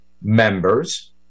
members